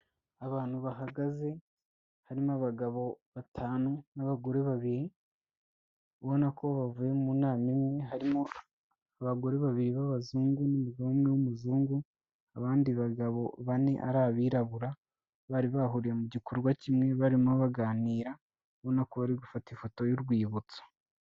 Abantu bahagaze, harimo abagabo batanu n'abagore babiri, ubona ko bavuye mu nama imwe harimo abagore babiri b'abazungu n'umugabo umwe w'umuzungu abandi bagabo bane ari abirabura bari bahuriye mu gikorwa kimwe barimo baganira, ubona ko bari gufata ifoto y'urwibutso.